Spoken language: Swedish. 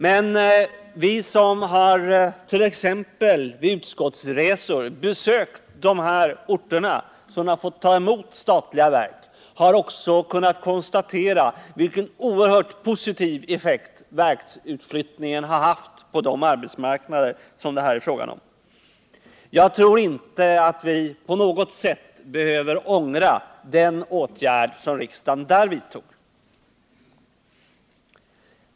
Men vi som vid t.ex. utskottsresor har besökt de orter som fått ta emot statliga verk har också kunnat konstatera vilken oerhört positiv effekt verksutflyttningen har haft på de arbetsmarknader som det här är frågan om. Jag tror inte att vi på något sätt behöver ångra den åtgärd som riksdagen därvidlag företog.